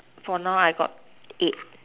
for now I got eight